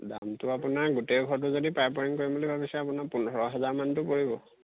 দামটো আপোনাৰ গোটেই ঘৰটো যদি পাইপ ৱাৰিং কৰিম বুলি ভাবিছে আপোনাৰ পোন্ধৰ হাজাৰ মানটো পৰিব